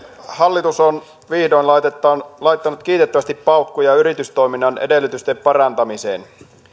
hallitus on vihdoin laittanut kiitettävästi paukkuja yritystoiminnan edellytysten parantamiseen